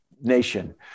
nation